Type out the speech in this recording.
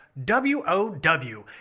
W-O-W